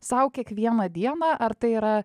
sau kiekvieną dieną ar tai yra